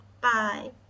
Bye